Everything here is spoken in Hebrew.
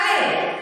טלי,